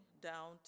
down